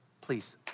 please